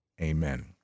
Amen